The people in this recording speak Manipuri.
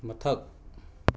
ꯃꯊꯛ